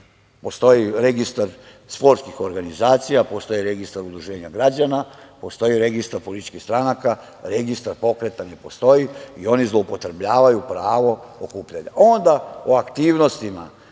postoji registar sportskih organizacija, postoji registar udruženja građana, postoji registar političkih stranaka, ali registar pokreta ne postoji i oni zloupotrebljavaju pravo okupljanja. Onda o aktivnostima